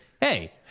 hey